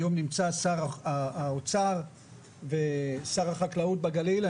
היום נמצא שר האוצר ושר החקלאות בגליל.